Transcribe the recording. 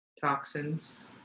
toxins